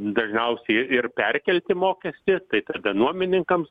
dažniausiai ir perkelti mokestį tai tada nuomininkams